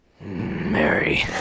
Mary